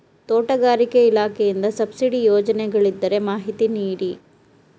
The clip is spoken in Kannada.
ತೋಟಗಾರಿಕೆ ಇಲಾಖೆಯಿಂದ ಸಬ್ಸಿಡಿ ಯೋಜನೆಗಳಿದ್ದರೆ ಮಾಹಿತಿ ನೀಡಿ?